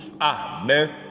Amen